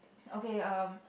okay um